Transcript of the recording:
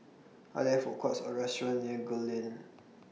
Are There Food Courts Or restaurants near Gul Lane